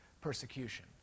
persecution